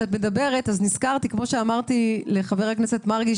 נזכרתי כפי שאמרתי לחבר הכנסת מרגי,